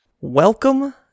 Welcome